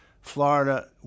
Florida